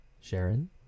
Sharon